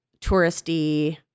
touristy